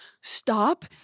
stop